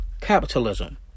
capitalism